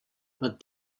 but